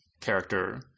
character